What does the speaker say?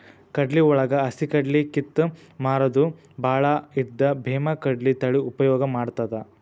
ಕಡ್ಲಿವಳಗ ಹಸಿಕಡ್ಲಿ ಕಿತ್ತ ಮಾರುದು ಬಾಳ ಇದ್ದ ಬೇಮಾಕಡ್ಲಿ ತಳಿ ಉಪಯೋಗ ಮಾಡತಾತ